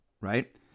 right